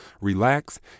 relax